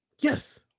yes